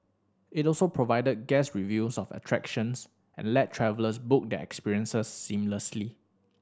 it also provide guest reviews of attractions and let travellers book their experiences seamlessly